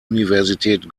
universität